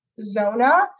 zona